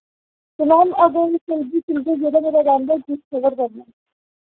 ते मैम